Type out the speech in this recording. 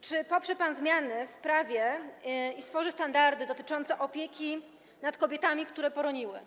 Czy poprze pan zmiany w prawie i stworzy standardy dotyczące opieki nad kobietami, które poroniły?